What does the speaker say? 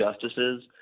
justices